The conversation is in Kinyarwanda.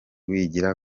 wigira